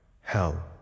hell